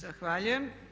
Zahvaljujem.